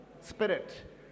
spirit